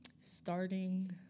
starting